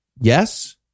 Yes